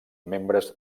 membres